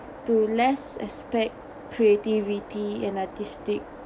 to less aspect creativity and artistic